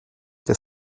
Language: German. der